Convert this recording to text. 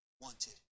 wanted